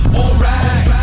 alright